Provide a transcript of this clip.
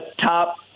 top